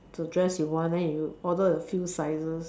the dress you want then you order a few sizes